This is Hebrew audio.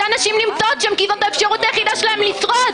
אותן נשים נמצאות שם כי זאת האפשרות היחידה שלהם לשרוד.